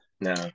no